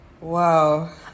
Wow